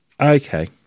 Okay